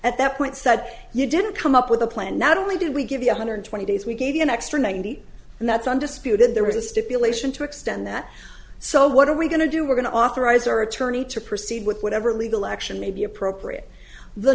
at that point said you didn't come up with a plan not only did we give you one hundred twenty days we gave you an extra ninety and that's undisputed there was a stipulation to extend that so what are we going to do we're going to authorize our attorney to proceed with whatever legal action may be appropriate the